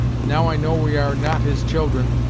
now i know we are not his children,